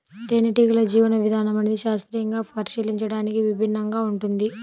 తేనెటీగల జీవన విధానం అనేది శాస్త్రీయంగా పరిశీలించడానికి విభిన్నంగా ఉంటుంది